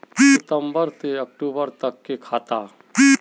सितम्बर से अक्टूबर तक के खाता?